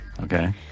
Okay